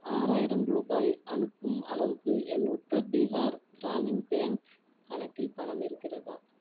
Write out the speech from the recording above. ஆறாயிரம் ரூபாய் அனுப்பும் அளவுக்கு என் உத்தர் பீகார் கிராமின் பேங்க் கணக்கில் பணம் இருக்கிறதா